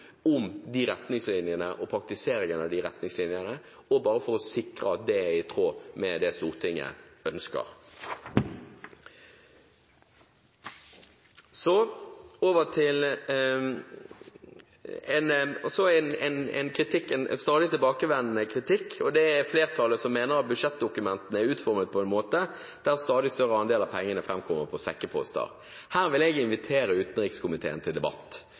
om retningslinjene og praktiseringen av dem, for å sikre at det er i tråd med det Stortinget ønsker. Så til en stadig tilbakevendende kritikk. Flertallet mener at budsjettdokumentene er utformet på den måten at en stadig større andel av pengene bevilges via sekkeposter. Her vil jeg invitere utenrikskomiteen til debatt,